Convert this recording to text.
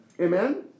Amen